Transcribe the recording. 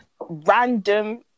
random